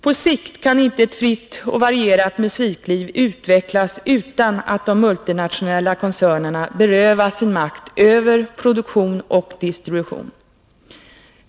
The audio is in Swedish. På sikt kan inte ett fritt och varierat musikliv utvecklas utan att de multinationella koncernerna berövas sin makt över musikproduktion och distribution.